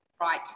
right